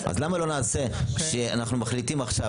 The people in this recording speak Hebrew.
אז למה לא נעשה שאנחנו מחליטים עכשיו?